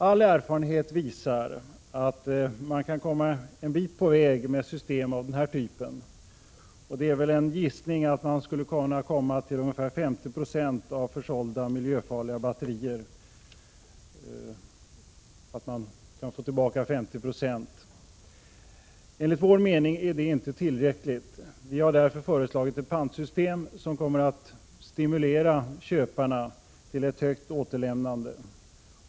All erfarenhet visar att man kan komma en bit på väg med system av den här typen. Det är väl en gissning att man skall kunna få tillbaka ungefär 50 96 av försålda miljöfarliga batterier. Enligt vår mening är detta inte tillräckligt. Vi har därför föreslagit ett pantsystem som kommer att stimulera köparna till ett högt återlämnande.